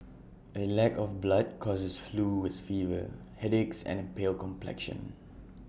A lack of blood causes flu with fever headaches and A pale complexion